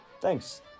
Thanks